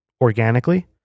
organically